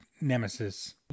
nemesis